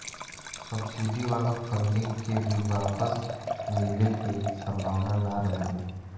subsidy वाला funding के भी वापस मिले के सम्भावना ना रहेला